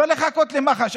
לא לחכות למח"ש.